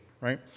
right